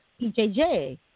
PJJ